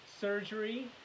surgery